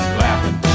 laughing